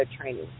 training